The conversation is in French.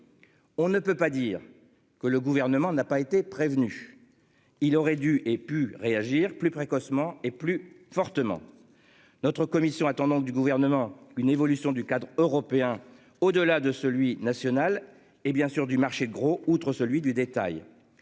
On ne peut pas dire que le gouvernement n'a pas été prévenu. Il aurait dû et pu réagir plus précocement et plus fortement. Notre commission attendons du gouvernement une évolution du cadre européen au-delà de celui national et bien sûr du marché de gros. Outre celui du détail.